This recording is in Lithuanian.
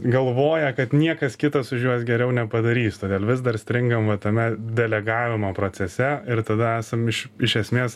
galvoja kad niekas kitas už juos geriau nepadarys todėl vis dar stringam va tame delegavimo procese ir tada esam iš iš esmės